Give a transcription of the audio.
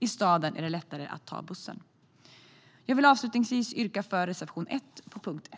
I staden är det lättare att ta bussen. Jag vill avslutningsvis yrka bifall till reservation 1 under punkt 1.